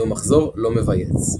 זהו מחזור לא מבייץ.